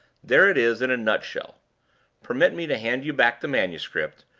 there it is in a nutshell permit me to hand you back the manuscript,